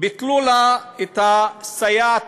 ביטלו לה את הסייעת,